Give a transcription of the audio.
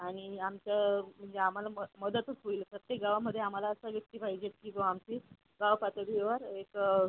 आणि आमचं म्हणजे आम्हाला मदतच होईल प्रत्येक गावामध्ये आम्हाला असा व्यक्ती पाहिजे की जो आमची गावपातळीवर एक